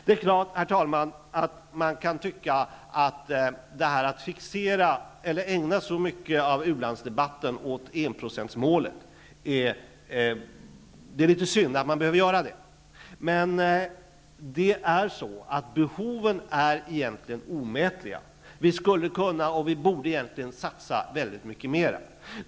Det är klart, herr talman, att man kan tycka att det är litet synd att man behöver ägna så stor del av ulandsdebatten åt enprocentsmålet, men behoven är egentligen omätliga. Vi skulle kunna satsa väldigt mycket mer, och det borde vi egentligen också göra.